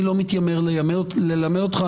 אני לא מתיימר ללמד אותך.